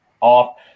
off